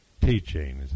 teaching